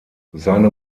seine